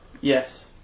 Yes